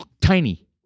Tiny